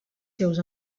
seus